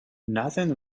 nothing